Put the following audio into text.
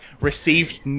received